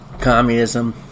communism